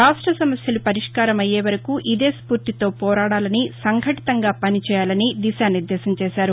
రాష్ట్ర సమస్యలు పరిష్కారం అయ్యే వరకు ఇదే స్ఫూర్తితో పోరాడాలని సంఘటీతంగా పనిచేయాలని దిశానిర్దేశం చేశారు